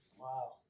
Wow